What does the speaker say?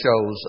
shows